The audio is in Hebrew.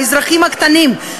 האזרחים הקטנים.